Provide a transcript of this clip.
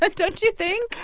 but don't you think?